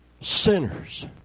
sinners